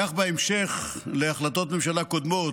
וכן בהמשך להחלטות ממשלה קודמות,